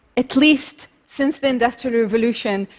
at least since the industrial revolution,